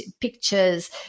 pictures